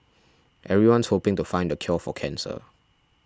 everyone's hoping to find the cure for cancer